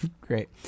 Great